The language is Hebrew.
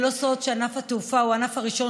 לא סוד שענף התעופה הוא הענף הראשון